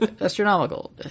astronomical